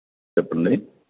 చెప్పండి